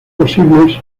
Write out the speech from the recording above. posibles